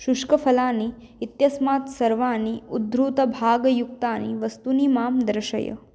शुष्कफलानि इत्यस्मात् सर्वाणि उद्धृतभागयुक्तानि वस्तूनि मां दर्शय